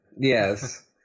Yes